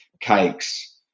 cakes